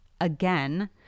again